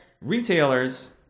retailers